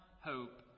hope